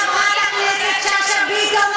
חברת הכנסת שאשא ביטון,